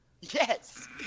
Yes